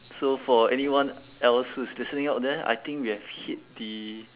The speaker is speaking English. so for anyone else who is listening out there I think we have hit the